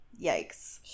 yikes